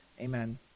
Amen